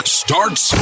starts